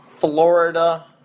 Florida